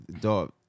dog